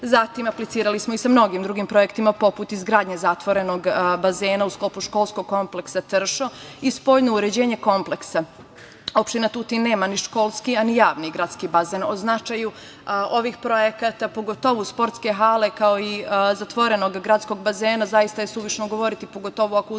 upotrebu. Aplicirali smo i sa mnogim drugim projektima, poput izgradnje zatvorenog bazena u sklopu školskog kompleksa "Tršo" i spoljno uređenje kompleksa. Opština Tutin nema ni školski, a ni javni gradski bazen. O značaju ovih projekata, pogotovo sportske hale, kao i zatvorenog gradskog bazena, zaista je suvišno govoriti, pogotovo ako uzmemo